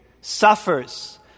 suffers